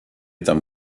tam